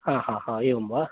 हा हा हा एवं वा